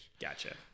Gotcha